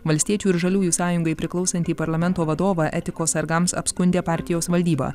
valstiečių ir žaliųjų sąjungai priklausantį parlamento vadovą etikos sargams apskundė partijos valdyba